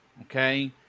okay